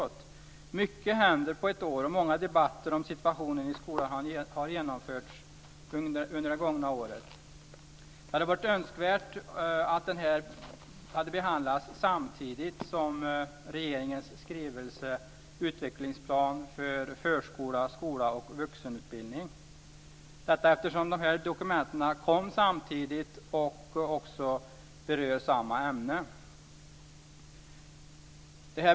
Det är ju mycket som händer under ett år. Många debatter om situationen i skolan har genomförts under det gångna året. Det hade varit önskvärt att det här hade behandlats samtidigt som regeringens skrivelse Utvecklingsplan för förskola, skola och vuxenutbildning eftersom dokumenten kom samtidigt och berör samma ämne.